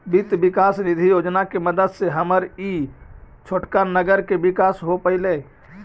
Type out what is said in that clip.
वित्त विकास निधि योजना के मदद से हमर ई छोटका नगर के विकास हो पयलई